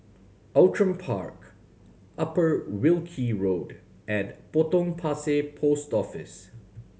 Outram Park Upper Wilkie Road and Potong Pasir Post Office